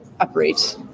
operate